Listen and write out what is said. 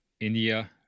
India